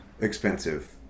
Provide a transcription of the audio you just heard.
Expensive